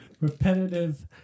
repetitive